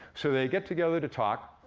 so they get together to talk,